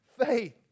faith